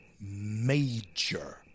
major